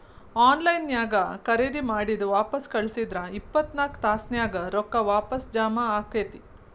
on line ನ್ಯಾಗ್ ಖರೇದಿ ಮಾಡಿದ್ ವಾಪಸ್ ಕಳ್ಸಿದ್ರ ಇಪ್ಪತ್ನಾಕ್ ತಾಸ್ನ್ಯಾಗ್ ರೊಕ್ಕಾ ವಾಪಸ್ ಜಾಮಾ ಆಕ್ಕೇತಿ